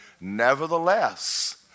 Nevertheless